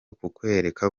kukwereka